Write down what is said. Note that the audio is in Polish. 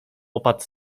opat